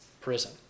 prison